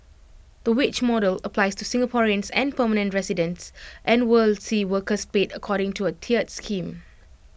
the wage model applies to Singaporeans and permanent residents and will see workers paid according to A tiered scheme